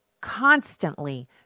constantly